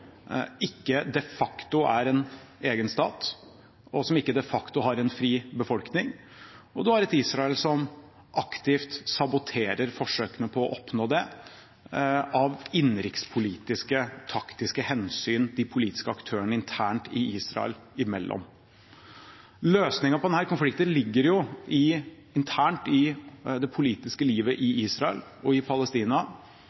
ikke de facto er en egen stat, og som ikke de facto har en fri befolkning, og på den andre siden et Israel som aktivt saboterer forsøkene på å oppnå det, av innenrikspolitiske, taktiske hensyn de politiske aktørene internt i Israel imellom. Løsningen på denne konflikten ligger internt i det politiske livet